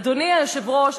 אדוני היושב-ראש.